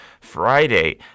Friday